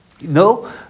No